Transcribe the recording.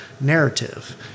narrative